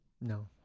No